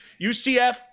UCF